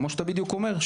כמו שאתה בדיוק אומר,